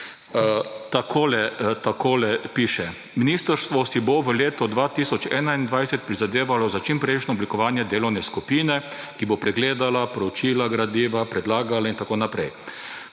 Takole piše: »Ministrstvo si bo v letu 2021 prizadevalo za čimprejšnje oblikovanje delovne skupine, ki bo pregledala, proučila gradiva, predlagala,« in tako naprej,